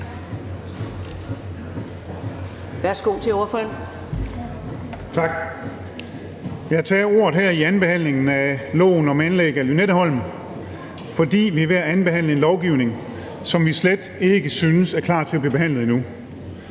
starter forfra. Jeg tager ordet her under andenbehandlingen af loven om anlæg af Lynetteholm, fordi man er ved at andenbehandle en lovgivning, som vi slet ikke synes er klar til at blive behandlet endnu.